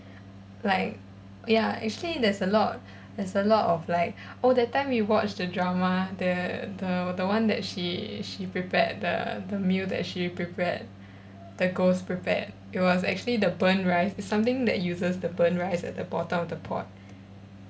like ya actually there's a lot there's a lot of like oh that time we watch the drama the the the one that she she prepared the the meal that she prepared the ghost prepared it was actually the burnt rice something that uses the burnt rice at the bottom of the pot